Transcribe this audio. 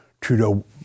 Trudeau